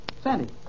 Sandy